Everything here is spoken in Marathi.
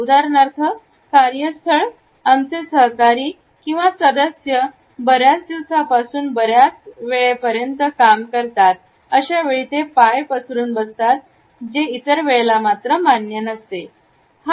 उदाहरणार्थ कार्यस्थळ आमचे सहकारी किंवा सदस्य बऱ्याच दिवसांपासून बऱ्याच पर्यंत वेळेपर्यंत काम करतात अशा वेळी ते पाय पसरून बसतात जे इतर वेळेला मात्र मान्य नसते